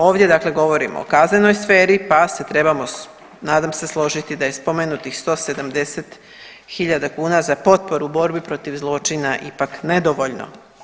Ovdje dakle govorim o kaznenoj sferi pa se trebamo nadam se složiti da je spomenutih 170 hiljada kuna za potporu borbi protiv zločina ipak nedovoljno.